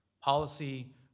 policy